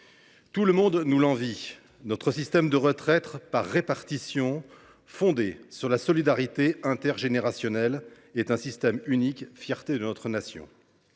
tout le monde nous l’envie : notre système de retraite par répartition, fondé sur la solidarité intergénérationnelle, est un système unique, fierté de notre nation.